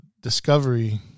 discovery